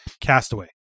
Castaway